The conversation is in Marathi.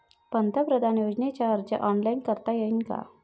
पंतप्रधान योजनेचा अर्ज ऑनलाईन करता येईन का?